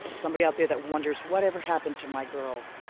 somebody out there that wonders, whatever happened to my girls?